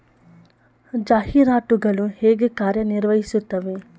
ಜಾಹೀರಾತುಗಳು ಹೇಗೆ ಕಾರ್ಯ ನಿರ್ವಹಿಸುತ್ತವೆ?